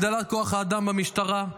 הגדלת כוח האדם במשטרה,